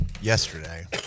yesterday